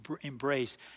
embrace